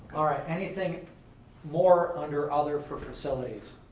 alright, anything more under other for facilities?